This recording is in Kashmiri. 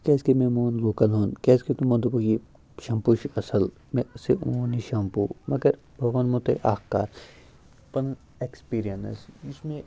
کیٛازِکہِ مےٚ مون لوٗکَن ہُنٛد کیٛازِکہِ تِمو دوٚپُکھ یہِ شیٚمپوٗ چھُ اصٕل مےٚ ہسا اوٚن یہِ شیٚمپوٗ مگر بہٕ وَنہو تۄہہِ اَکھ کَتھ پَنُن ایٚکٕسپیٖریَنس یُس مےٚ